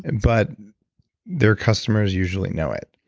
and but their customers usually know it.